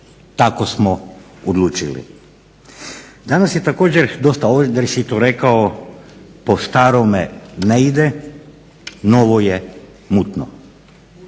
tako smo odlučili. Danas je također dosta odrješito rekao po starome ne ide, novo je mutno.